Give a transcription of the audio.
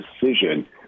decision